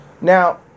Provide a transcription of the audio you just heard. Now